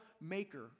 maker